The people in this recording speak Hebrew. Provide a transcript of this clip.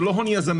זה לא הון יזמי,